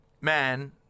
man